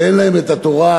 שאין להם את התורה,